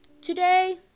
Today